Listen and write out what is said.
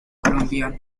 colombiano